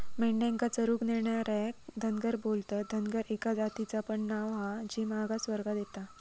मेंढ्यांका चरूक नेणार्यांका धनगर बोलतत, धनगर एका जातीचा पण नाव हा जी मागास वर्गात येता